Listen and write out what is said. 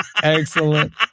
Excellent